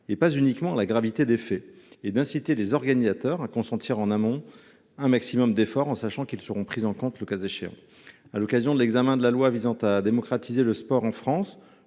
non pas uniquement à la gravité des faits, et ainsi d’inciter les organisateurs à consentir en amont un maximum d’efforts, sachant qu’ils seront pris en compte le cas échéant. À l’occasion de l’examen du projet de loi visant à démocratiser le sport en France,